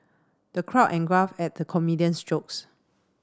the crowd at the comedian's jokes